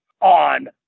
on